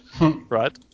Right